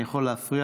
אני יכול להפריע?